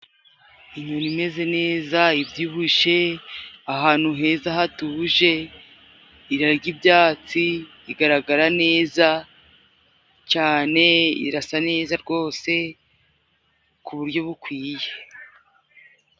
Inyoni imeze neza ibyihushe, ahantu heza hatuje irarya ibyatsi, igaragara neza cane, irasa neza rwose ku buryo bukwiye.